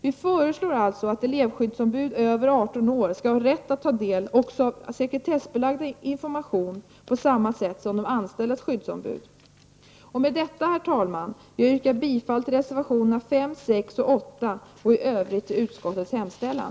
Vi föreslår alltså att elevskyddsombud över 18 år skall ha rätt att ta del även av sekretessbelagd information på samma sätt som de anställdas skyddsombud. Med detta, herr talman, vill jag yrka bifall till reservationerna 5, 6 och 8 och i övrigt till utskottets hemställan.